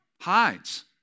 hides